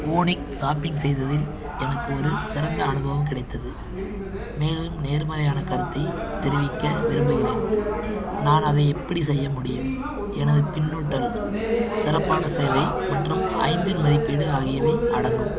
Voonik shopping செய்ததில் எனக்கு ஒரு சிறந்த அனுபவம் கிடைத்தது மேலும் நேர்மறையான கருத்தை தெரிவிக்க விரும்புகிறேன் நான் அதை எப்படி செய்ய முடியும் எனது பின்னூட்டல் சிறப்பான சேவை மற்றும் ஐந்தின் மதிப்பீடு ஆகியவை அடங்கும்